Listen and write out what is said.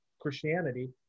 christianity